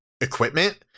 equipment